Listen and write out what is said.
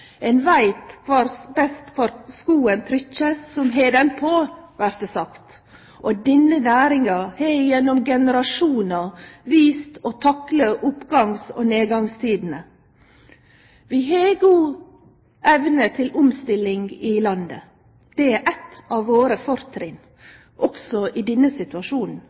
som har han på, vert det sagt. Og denne næringa har gjennom generasjonar vist å takle oppgangs- og nedgangstidene. Me har god evne til omstilling i landet. Det er eit av våre fortrinn også i denne situasjonen.